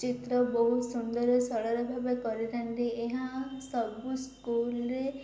ଚିତ୍ର ବହୁତ ସୁନ୍ଦର ସରଳ ଭାବେ କରିଥାନ୍ତି ଏହା ସବୁ ସ୍କୁଲରେ